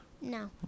No